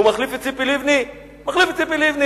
הוא מחליף את ציפי לבני, מחליף את ציפי לבני.